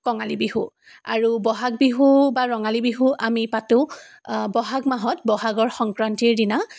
কঙালী বিহু আৰু বহাগ বিহু বা ৰঙালী বিহু আমি পাতোঁ বহাগ মাহত বহাগৰ সংক্ৰান্তিৰ দিনা